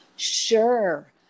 Sure